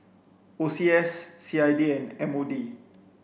O C S C I D and M O D